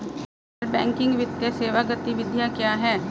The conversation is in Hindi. गैर बैंकिंग वित्तीय सेवा गतिविधियाँ क्या हैं?